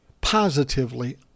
positively